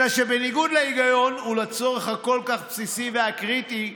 אלא שבניגוד להיגיון ולצורך הכל-כך בסיסי והקריטי,